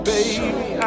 Baby